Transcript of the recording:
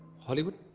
hollywood.